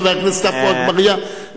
חבר הכנסת עפו אגבאריה,